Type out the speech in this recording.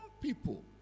people